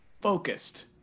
focused